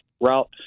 route